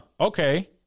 okay